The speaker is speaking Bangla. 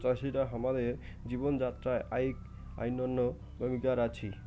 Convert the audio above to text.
চাষিরা হামাদের জীবন যাত্রায় আইক অনইন্য ভূমিকার আছি